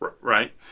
Right